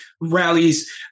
rallies